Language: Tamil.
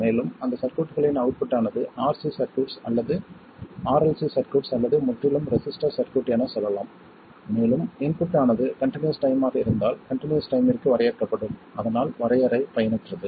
மேலும் அந்த சர்க்யூட்களின் அவுட்புட் ஆனது RC சர்க்யூட்ஸ் அல்லது RLC சர்க்யூட்ஸ் அல்லது முற்றிலும் ரெசிஸ்டர் சர்க்யூட் என சொல்லலாம் மேலும் இன்புட் ஆனது கன்டினியஸ் டைம்மாக இருந்தால் கன்டினியஸ் டைம்மிற்கு வரையறுக்கப்படும் அதனால் வரையறை பயனற்றது